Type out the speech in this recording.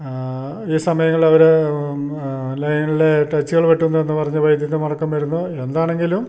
ഈ സമയങ്ങളിൽ അവർ ലൈനിലെ ടച്ചുകൾ വെട്ടുന്നു എന്ന് പറഞ്ഞ് വൈദ്യുതി മുടക്കം വരുന്നു എന്താണെങ്കിലും